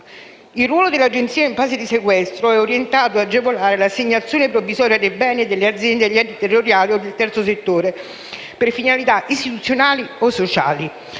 Il ruolo dell'Agenzia in fase di sequestro è orientato ad agevolare l'assegnazione provvisoria dei beni e delle aziende agli enti territoriali o del terzo settore per finalità istituzionali o sociali.